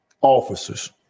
officers